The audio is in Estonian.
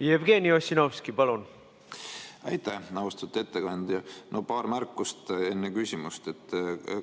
Jevgeni Ossinovski, palun! Aitäh! Austatud ettekandja! No paar märkust enne küsimust.